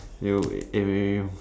you